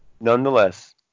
Nonetheless